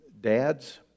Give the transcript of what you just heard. dads